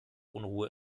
unruhe